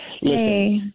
Hey